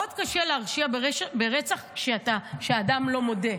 מאוד קשה להרשיע ברצח כשאדם לא מודה,